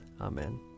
Amen